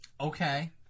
Okay